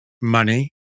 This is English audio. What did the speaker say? money